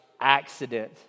accident